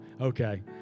Okay